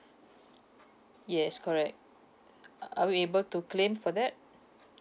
yes correct are are we able to claim for that